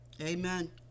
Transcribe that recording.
Amen